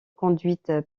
conduite